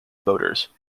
boaters